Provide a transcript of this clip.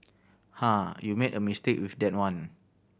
ha you made a mistake with that one